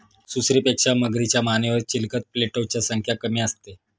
सुसरीपेक्षा मगरीच्या मानेवर चिलखत प्लेटोची संख्या कमी असते